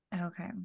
Okay